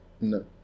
No